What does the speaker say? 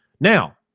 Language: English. Now